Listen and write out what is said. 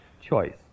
choice